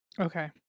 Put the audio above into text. Okay